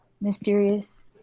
mysterious